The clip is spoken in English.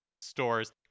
stores